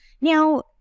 Now